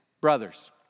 brothers